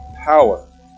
power